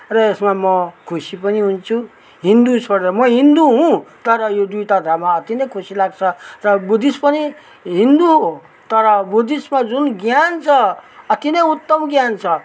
यसमा म खुसी पनि हुन्छु हिन्दू छोडेर म हिन्दू हुँ तर यो दुईवटा धर्म अति नै खुसी लाग्छ र बुद्धिस्ट पनि हिन्दू तर बुद्धिस्टमा जुन ज्ञान छ अति नै उत्तम ज्ञान छ